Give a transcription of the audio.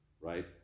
right